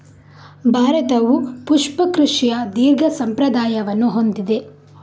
ಭಾರತವು ಪುಷ್ಪ ಕೃಷಿಯ ದೀರ್ಘ ಸಂಪ್ರದಾಯವನ್ನು ಹೊಂದಿದೆ